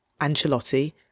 ancelotti